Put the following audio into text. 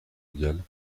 mondiales